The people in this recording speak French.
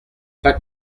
pas